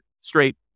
straight